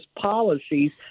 policies